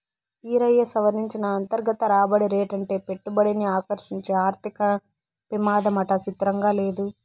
ఈరయ్యా, సవరించిన అంతర్గత రాబడి రేటంటే పెట్టుబడిని ఆకర్సించే ఆర్థిక పెమాదమాట సిత్రంగా లేదూ